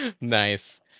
nice